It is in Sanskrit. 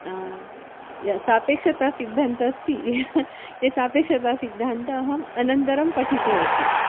ये सापेक्षते सिद्धन्तः अस्ति ये सापेक्षता सिद्धन्तः अनन्तरं पठितवती